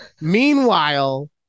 Meanwhile